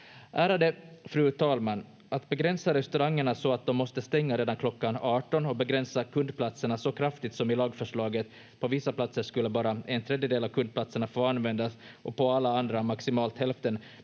Ärade fru talman! Att begränsa restaurangerna så att de måste stänga redan klockan 18 och begränsa kundplatserna så kraftigt som i lagförslaget — på vissa platser skulle bara en tredjedel av kundplatserna få användas och på alla andra maximalt hälften